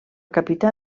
capità